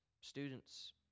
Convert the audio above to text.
Students